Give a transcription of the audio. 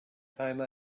time